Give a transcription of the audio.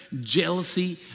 jealousy